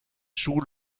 jouent